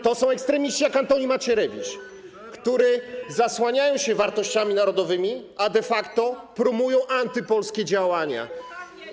To są ekstremiści jak Antoni Macierewicz, którzy zasłaniają się wartościami narodowymi, a de facto promują antypolskie działania.